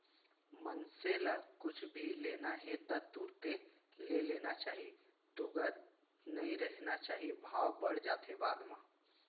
मनसे ल कुछु भी लेना हे ता तुरते ले लेना चाही तुगत नइ रहिना चाही भाव बड़ जाथे बाद म